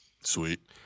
Sweet